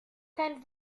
kein